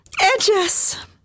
Edges